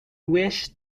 wish